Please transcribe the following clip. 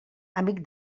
amic